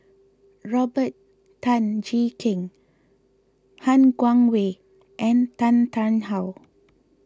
Robert Tan Jee Keng Han Guangwei and Tan Tarn How